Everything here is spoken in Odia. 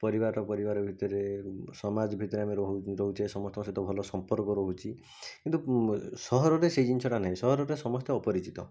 ପରିବାର ପରିବାର ଭିତରେ ସମାଜ ଭିତରେ ଆମେ ରହୁ ରହୁଛେ ସମସ୍ତଙ୍କ ସହିତ ଭଲ ସମ୍ପର୍କ ରହୁଛି କିନ୍ତୁ ସହରରେ ସେଇ ଜିନିଷଟା ନାହିଁ ସହରରେ ସମସ୍ତେ ଅପରିଚିତ